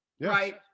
right